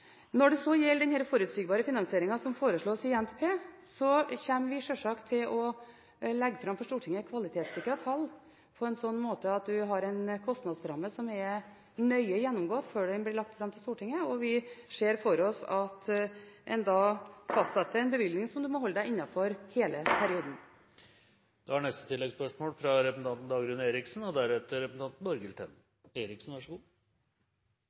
Når det gjelder den forutsigbare finansieringen som foreslås i NTP, kommer vi sjølsagt til å legge fram for Stortinget kvalitetssikrede tall på en slik måte at en har en kostnadsramme som er nøye gjennomgått før den blir lagt fram. Vi ser for oss at en da fastsetter en bevilgning som en må holde seg innenfor hele perioden. Dagrun Eriksen – til oppfølgingsspørsmål. Det er